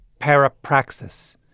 parapraxis